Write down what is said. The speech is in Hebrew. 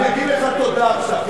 הוא יגיד לך תודה עכשיו,